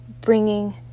Bringing